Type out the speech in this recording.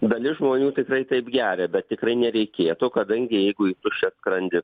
dalis žmonių tikrai taip geria bet tikrai nereikėtų kadangi jeigu į tuščią skrandį